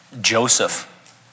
Joseph